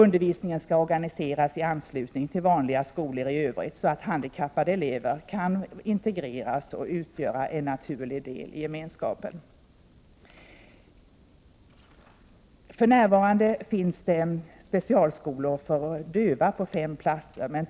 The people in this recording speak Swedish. Undervisningen skall organiseras i anslutning till vanliga skolor så att handikappade elever kan integreras och ingå som en naturlig del i gemenskapen. Det finns för närvarande specialskolor för döva på fem platser i landet.